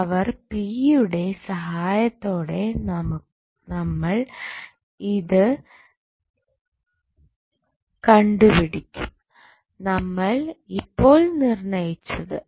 power യുടെ സഹായത്തോടെ നമ്മൾ ഇത് കടന്നുപിടിക്കും നമ്മൾ ഇപ്പോൾ നിർണ്ണയിച്ചത്